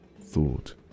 thought